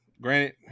Granted